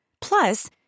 Plus